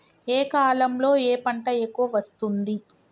ఏ కాలంలో ఏ పంట ఎక్కువ వస్తోంది?